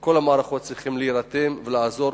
וכל המערכות צריכות להירתם ולעזור,